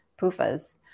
PUFAs